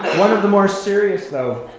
one of the more serious, though,